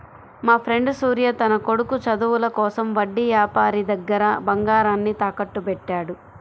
మాఫ్రెండు సూర్య తన కొడుకు చదువుల కోసం వడ్డీ యాపారి దగ్గర బంగారాన్ని తాకట్టుబెట్టాడు